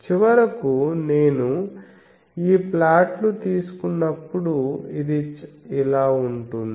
చివరకు నేను ఈ ప్లాట్లు తీసుకున్నప్పుడు ఇది ఇలా ఉంటుంది